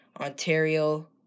Ontario